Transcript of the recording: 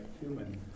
human